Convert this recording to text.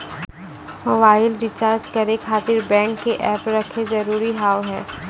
Mobile recharge करे खातिर bank के ऐप रखे जरूरी हाव है?